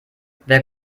wer